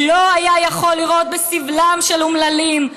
לא היה יכול לראות בסבלם של אומללים".